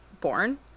born